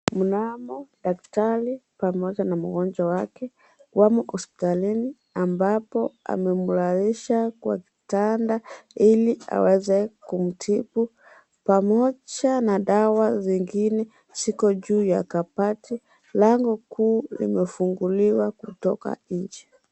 Mnamo daktari pamoja na mgonjwa wake. Wamo hospitalini ambapo amemlalisha kwa kitanda, ili aweze kumtibu pamoja na dawa zingine ziko juu ya kabati. Lango kuu limefunguliwa kutoka nje.